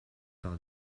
par